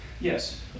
Yes